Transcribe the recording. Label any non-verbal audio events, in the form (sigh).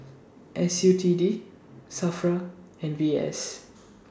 S U T D SAFRA and V S (noise)